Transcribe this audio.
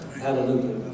Hallelujah